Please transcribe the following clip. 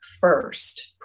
first